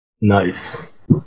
Nice